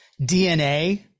DNA